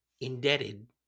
indebted